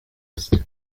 used